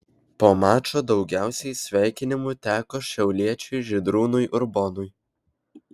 po mačo daugiausiai sveikinimų teko šiauliečiui žydrūnui urbonui